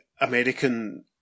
American